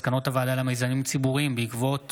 מסקנות הוועדה למיזמים ציבוריים בעקבות